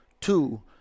two